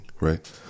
right